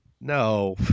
no